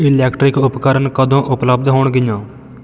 electrical ਉਪਕਰਨ ਕਦੋਂ ਉਪਲੱਬਧ ਹੋਣਗੀਆਂ